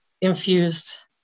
infused